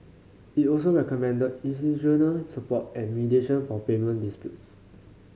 it also recommended institutional support and mediation for payment disputes